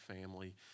family